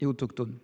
et autochtones.